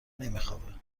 نمیخوابه